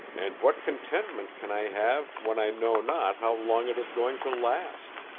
and what contentment can i have when i know not how long it is going to last?